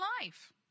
life